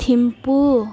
Thimphu